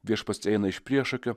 viešpats eina iš priešakio